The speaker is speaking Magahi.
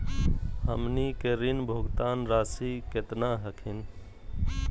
हमनी के ऋण भुगतान रासी केतना हखिन?